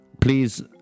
please